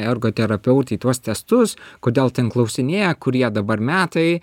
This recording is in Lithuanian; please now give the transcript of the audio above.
ergoterapeutai tuos testus kodėl ten klausinėja kurie dabar metai